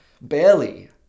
Barely